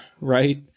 Right